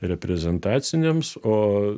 reprezentacinėms o